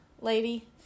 lady